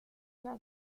una